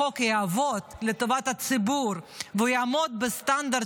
החוק יעבוד לטובת הציבור והוא יעמוד בסטנדרט